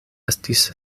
estis